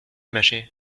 mâché